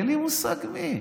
אין לי מושג מי,